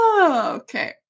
Okay